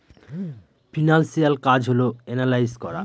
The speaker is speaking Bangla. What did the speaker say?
ফিনান্সিয়াল কাজ হল এনালাইজ করা